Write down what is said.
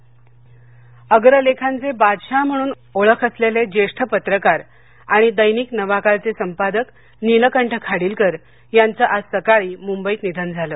खाडिलकर निधन अग्रलेखांचे बादशहा म्हणून ओळख असलेले ज्येष्ठ पत्रकार आणि दैनिक नवाकाळचे संपादक नीलकंठ खाडिलकर याचं आज सकाळी मुंबईत निधन झालं